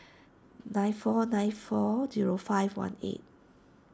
nine four nine four zero five one eight